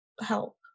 help